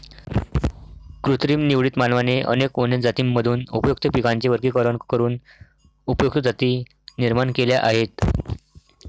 कृत्रिम निवडीत, मानवाने अनेक वन्य जातींमधून उपयुक्त पिकांचे वर्गीकरण करून उपयुक्त जाती निर्माण केल्या आहेत